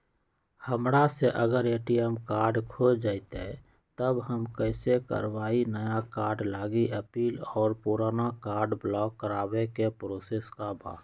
हमरा से अगर ए.टी.एम कार्ड खो जतई तब हम कईसे करवाई नया कार्ड लागी अपील और पुराना कार्ड ब्लॉक करावे के प्रोसेस का बा?